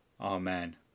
Amen